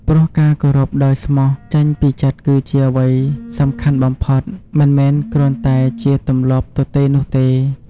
ព្រោះការគោរពដោយស្មោះចេញពីចិត្តគឺជាអ្វីសំខាន់បំផុត មិនមែនគ្រាន់តែជាទម្លាប់ទទេនោះទេ។